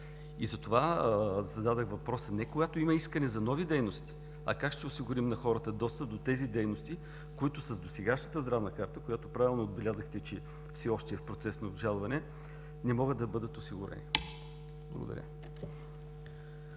Затова зададох въпрос: не когато има искане за нови дейности, а как ще осигурим на хората достъп до тези дейности, които с досегашната здравна карта, която правилно отбелязахте, че все още е в процес на обжалване, не могат да бъдат осигурени? Благодаря.